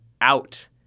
out